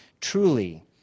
truly